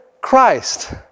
Christ